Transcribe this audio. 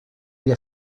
día